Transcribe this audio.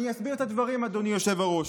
אני אסביר את הדברים, אדוני היושב-ראש.